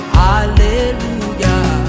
hallelujah